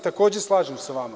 Takođe se slažem sa vama.